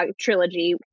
trilogy